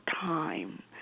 time